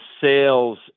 sales